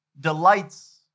delights